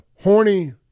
horny